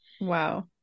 Wow